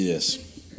yes